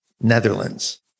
Netherlands